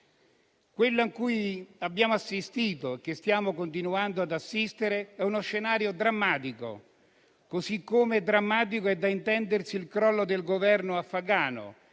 Paese. Ciò cui abbiamo assistito e cui stiamo continuando ad assistere è uno scenario drammatico, come drammatico è da intendersi il crollo del Governo afghano